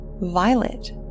Violet